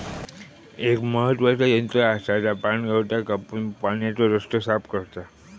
एक महत्त्वाचा यंत्र आसा जा पाणगवताक कापून पाण्याचो रस्तो साफ करता